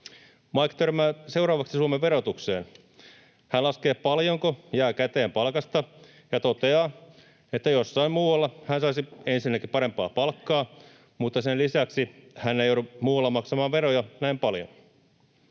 Mike törmää seuraavaksi Suomen verotukseen. Hän laskee, paljonko jää käteen palkasta, ja toteaa, että jossain muualla hän saisi ensinnäkin parempaa palkkaa, mutta sen lisäksi hän ei joudu muualla maksamaan veroja näin paljon.